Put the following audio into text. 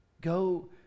Go